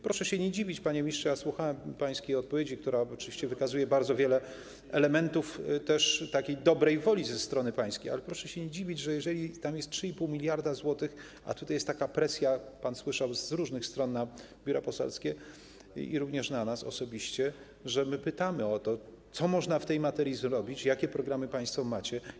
Proszę się nie dziwić, panie ministrze, słuchałem pańskiej odpowiedzi, która oczywiście wykazuje bardzo wiele elementów dobrej woli z pańskiej strony, ale proszę się nie dziwić, że jeżeli tam jest 3,5 mld zł, a tutaj jest taka presja, jak pan słyszał, z różnych stron na biura poselskie i również na nas osobiście, że pytamy o to, co można w tej materii zrobić, jakie programy państwo macie.